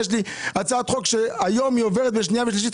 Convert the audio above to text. יש לי הצעת חוק שהיום היא עוברת בשנייה ושלישית,